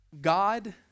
God